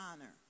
honor